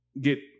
get